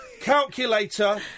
calculator